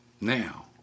now